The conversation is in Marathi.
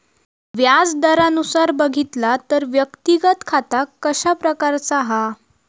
व्याज दरानुसार बघितला तर व्यक्तिगत खाता कशा प्रकारचा हा?